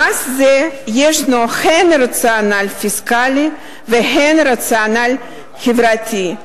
למס יש הן רציונל פיסקלי והן רציונל חברתי,